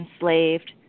enslaved